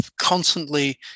constantly